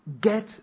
Get